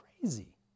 crazy